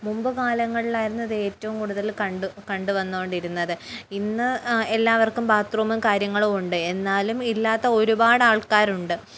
മുമ്പ് കാലങ്ങളിലായിരുന്നു ഇത് ഏറ്റവും കൂടുതൽ കണ്ട് കണ്ട് വന്നു കൊണ്ടിരുന്നത് ഇന്ന് എല്ലാവർക്കും ബാത്റൂമും കാര്യങ്ങളും ഉണ്ട് എന്നാലും ഇല്ലാത്ത ഒരുപാട് ആൾക്കാരുണ്ട്